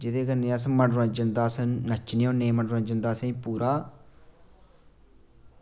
जेह्दे कन्नै अस मनोरंजन दा अस जियां मनोरंजन दा अस पूरा